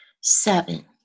Seven